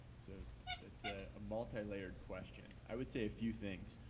so that's ah a multilayered question. i would say a few things.